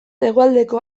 hegoaldeko